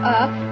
up